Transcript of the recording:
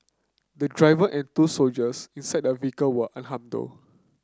the driver and two soldiers inside the vehicle were unharmed though